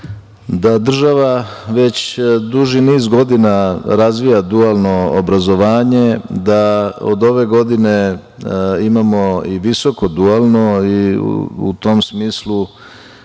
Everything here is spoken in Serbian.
da država već duži niz godina razvija dualno obrazovanje, da od ove godine imamo i visoko dualno i u tom smislu